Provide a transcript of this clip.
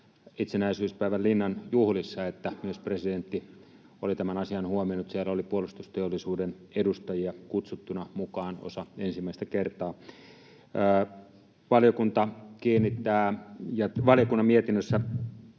itsenäisyyspäivän Linnan juhlissa, että myös presidentti oli tämän asian huomioinut. Siellä oli puolustusteollisuuden edustajia kutsuttuna mukaan, osa ensimmäistä kertaa. Valiokunnan mietinnössä